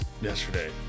yesterday